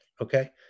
Okay